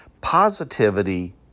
Positivity